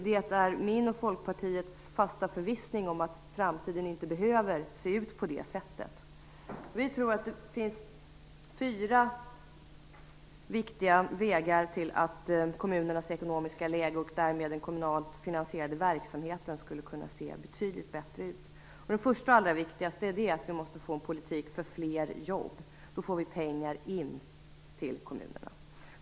Det är min och Folkpartiets fasta förvissning att framtiden inte behöver se ut på det sättet. Vi tror att det finns fyra viktiga vägar som leder till att kommunernas ekonomiska läge och därmed den kommunalt finansierade verksamheten skulle kunna se betydligt bättre ut. Det första och allra viktigaste är att vi måste få en politik för fler jobb. Då får vi in pengar till kommunerna.